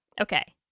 Okay